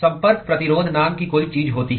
संपर्क प्रतिरोध नाम की कोई चीज होती है